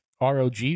ROG